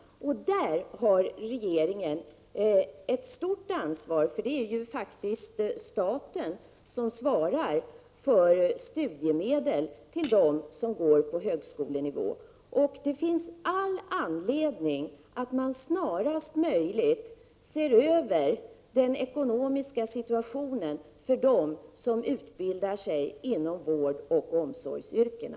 Där har regeringen ett stort ansvar, eftersom det faktiskt är staten som svarar för studiemedel till dem som studerar på högskolenivå. Det finns all anledning att snarast möjligt se över den ekonomiska situationen för dem som utbildar sig inom vårdoch omsorgsyrkena.